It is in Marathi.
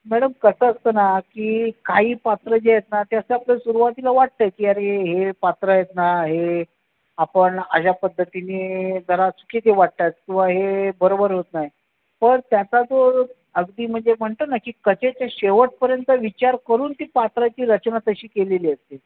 मॅडम कसं असतं ना की काही पात्र जे आहेत ना ते असं आपल्याला सुरुवातीला वाटतं की अरे हे पात्र आहेत ना हे आपण अशा पद्धतीने जरा चुकीचे वाटतात किंवा हे बरोबर होतं नाही पण त्याचा जो अगदी म्हणजे म्हणतो ना की कथेच्या शेवटपर्यंत विचार करून ती पात्राची रचना तशी केलेली असते